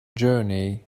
journey